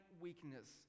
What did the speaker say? weakness